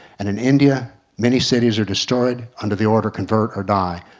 and in india many cities are destroyed under the order convert or die.